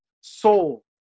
soul